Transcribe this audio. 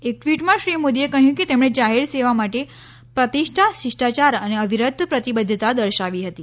એક ટ્વિટમાં શ્રી મોદીએ કહ્યું કે તેમણે જાહેર સેવા માટે પ્રતિષ્ઠા શિષ્ટાયાર અને અવિરત પ્રતિબદ્ધતા દર્શાવી હતી